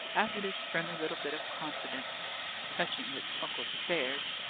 after this friendly little bit of confidence touching his uncle's affairs,